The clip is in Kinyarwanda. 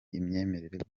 imyemerere